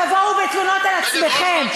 תבואו בתלונות על עצמכם.